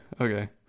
okay